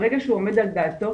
ברגע שהוא עומד על דעתו,